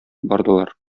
бардылар